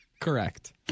correct